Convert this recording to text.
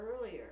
earlier